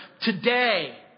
today